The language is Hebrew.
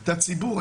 את הציבור.